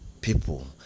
people